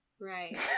Right